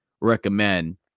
recommend